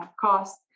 cost